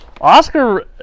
Oscar